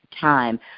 time